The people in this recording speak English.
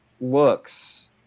looks